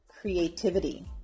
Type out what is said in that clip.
creativity